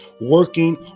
working